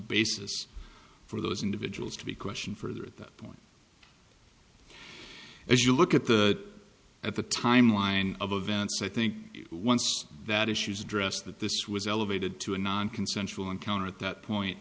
basis for those individuals to be question for that point if you look at the at the timeline of events i think once that issues addressed that this was elevated to a non consensual encounter at that point